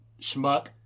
schmuck